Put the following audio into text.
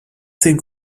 zehn